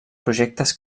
projectes